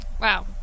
Wow